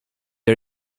her